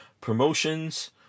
Promotions